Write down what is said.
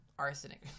arsenic